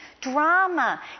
drama